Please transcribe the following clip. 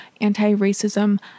anti-racism